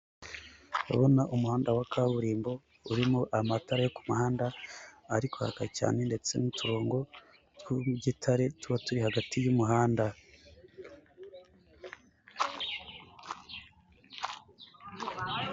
Ndabona umuhanda wa kaburimbo urimo amatara yo muhanda ari kwaka cyane ndetse n'uturongo tw'igitare tuba turi hagati y'umuhanda.